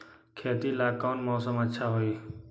खेती ला कौन मौसम अच्छा होई?